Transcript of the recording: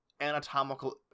anatomical